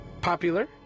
popular